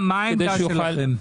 מה, מה העמדה שלכם?